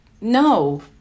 No